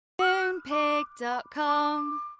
Moonpig.com